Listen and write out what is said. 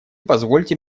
позвольте